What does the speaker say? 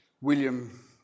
William